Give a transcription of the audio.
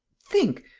think!